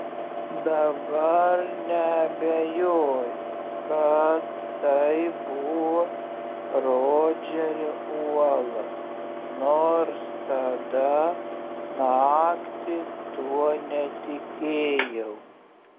dabar neabejoju kad tai buvo rodžerio uola nors tada naktį tuo netikėjau